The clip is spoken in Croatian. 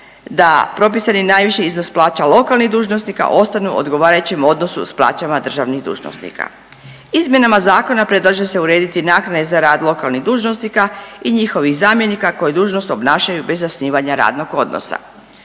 da propisani najviši iznos plaća lokalnih dužnosnika ostanu u odgovarajućem odnosu s plaćama državnih dužnosnika. Izmjenama zakona predlaže se urediti naknade za rad lokalnih dužnosnika i njihovih zamjenika koji dužnost obnašaju bez zasnivanja radnog odnosa.